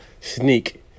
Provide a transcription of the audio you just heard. sneak